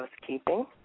housekeeping